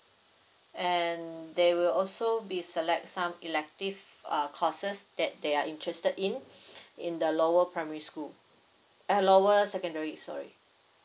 and they will also be select some elective uh courses that they are interested in in the lower primary school uh lower secondary sorry